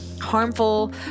harmful